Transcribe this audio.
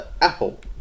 Apple